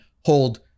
hold